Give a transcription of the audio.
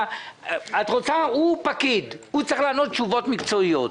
הוא פקיד, הוא צריך לענות תשובות מקצועיות.